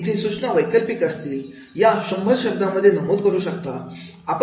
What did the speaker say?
इथे सूचना वैकल्पिक असतील या 100 शब्दांमध्ये नमूद करू शकता